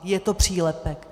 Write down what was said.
Je to přílepek.